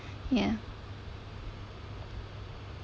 ya